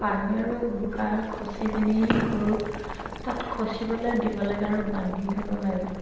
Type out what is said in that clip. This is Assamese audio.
পানী আৰু বোকা খচি পিনি গৰুক তাত খচিবলৈ দিব লাগে আৰু বান্ধি থ'ব লাগে